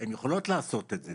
הן יכולות לעשות את זה,